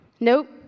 Nope